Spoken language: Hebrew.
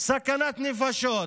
סכנת נפשות.